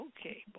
Okay